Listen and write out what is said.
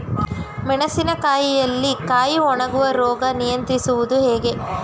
ಮೆಣಸಿನ ಕಾಯಿಯಲ್ಲಿ ಕಾಯಿ ಒಣಗುವ ರೋಗ ನಿಯಂತ್ರಿಸುವುದು ಹೇಗೆ?